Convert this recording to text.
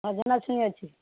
ସଜନା ଛୁଇଁ ଅଛି